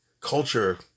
culture